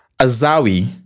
Azawi